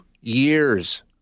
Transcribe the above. years